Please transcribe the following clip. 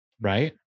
right